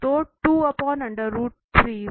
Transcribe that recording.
तो curl F dot n है